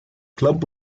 club